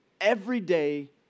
everyday